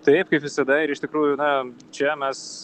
taip kaip visada ir iš tikrųjų na čia mes